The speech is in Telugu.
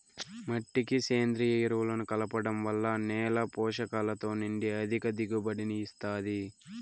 మట్టికి సేంద్రీయ ఎరువులను కలపడం వల్ల నేల పోషకాలతో నిండి అధిక దిగుబడిని ఇస్తాది